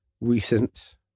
recent